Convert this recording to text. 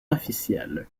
officielle